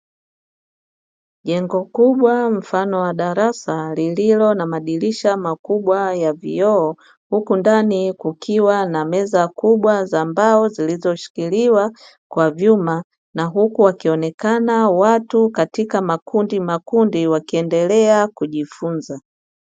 Jengo kubwa mfano wa darasa lililo na madirisha makubwa ya vioo, huku ndani kukiwa na meza kubwa za mbao zilizoshikiliwa kwa vyuma, na huku wakionekana watu katika makundimakundi wakiendelea kujifunza.